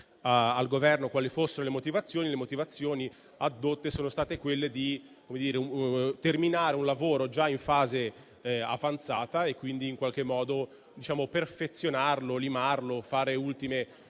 al Governo, rilevo che le motivazioni addotte sono state quelle di voler terminare un lavoro già in fase avanzata e quindi in qualche modo perfezionarlo, limarlo, fare ultime